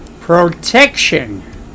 protection